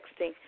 texting